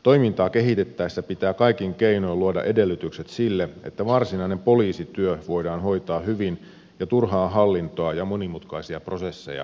toimintaa kehitettäessä pitää kaikin keinoin luoda edellytykset sille että varsinainen poliisityö voidaan hoitaa hyvin ja turhaa hallintoa ja monimutkaisia prosesseja tulee vähentää